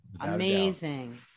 amazing